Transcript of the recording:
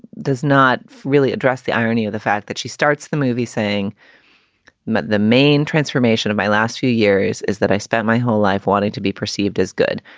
does not really address the irony of the fact that she starts the movie saying that but the main transformation of my last few years is that i spent my whole life wanting to be perceived as good.